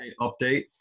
update